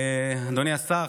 אדוני השר,